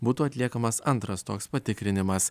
būtų atliekamas antras toks patikrinimas